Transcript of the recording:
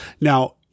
Now